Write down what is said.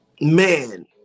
man